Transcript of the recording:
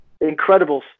incredible